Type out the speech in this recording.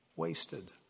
Wasted